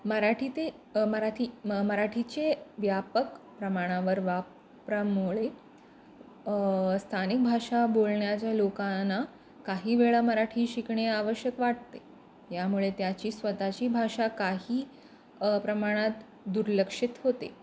मराठी ते मराठी म मराठीचे व्यापक प्रमाणावर वापरामुळे स्थानिक भाषा बोलण्याच्या लोकांना काही वेळा मराठी शिकणे आवश्यक वाटते यामुळे त्याची स्वतःची भाषा काही प्रमाणात दुर्लक्षित होते